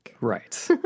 right